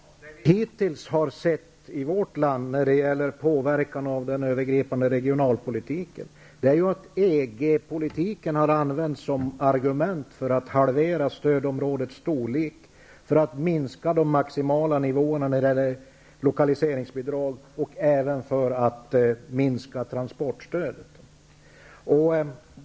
Herr talman! Det vi hittills har sett i vårt land när det gäller påverkan av den övergripande regionalpolitiken är att EG-politiken har använts som argument för att halvera stödområdets storlek, för att minska de maximala nivåerna när det gäller lokaliseringsbidrag och även för att minska transportstödet.